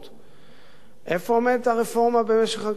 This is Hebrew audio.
איפה עומדת הרפורמה במשק החשמל ואיפה